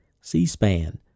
C-SPAN